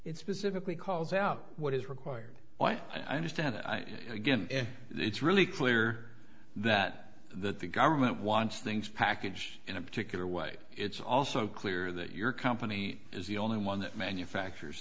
it specifically calls out what is required well i understand again if it's really clear that the government wants things packaged in a particular way it's also clear that your company is the only one that manufacture